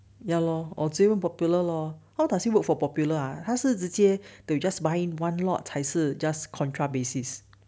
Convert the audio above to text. ya lor or 直接问 popular lor how does it work for popular ah 它是直接 they'll just buying one lot 还是 just contra basis